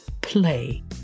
play